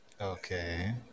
Okay